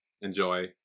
Enjoy